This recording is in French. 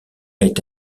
été